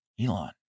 Elon